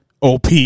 op